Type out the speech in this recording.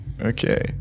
Okay